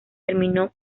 terminó